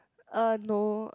uh no